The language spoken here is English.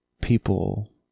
people